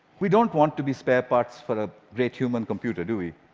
we don't want to be spare parts for a great human computer, do we?